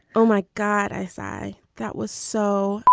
oh, my god. i sigh. that was so